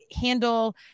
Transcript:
handle